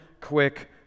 quick